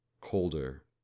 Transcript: Colder